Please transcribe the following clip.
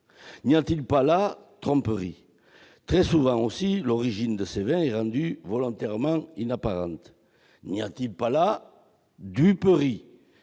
N'y a-t-il pas là tromperie ? Très souvent aussi, l'origine de ces vins est rendue volontairement inapparente. N'y a-t-il pas là duperie ?